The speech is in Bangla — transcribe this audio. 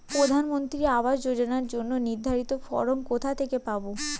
প্রধানমন্ত্রী আবাস যোজনার জন্য নির্ধারিত ফরম কোথা থেকে পাব?